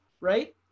right